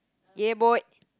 yeboi